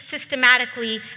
systematically